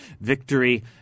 victory